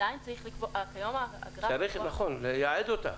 עדיין צריך לקבוע --- צריך לייעד אותה.